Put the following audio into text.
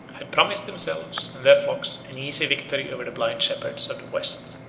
had promised themselves and their flocks an easy victory over the blind shepherds of the west.